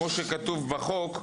כמו שכתוב בחוק,